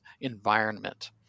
environment